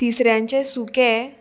तिसऱ्यांचे सुकें